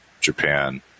Japan